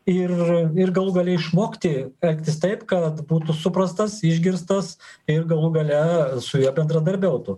ir ir galų gale išmokti elgtis taip kad būtų suprastas išgirstas ir galų gale su ja bendradarbiautų